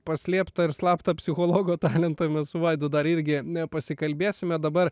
paslėptą ir slaptą psichologo talentą mes su vaidu dar irgi pasikalbėsime dabar